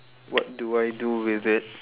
what do I do with it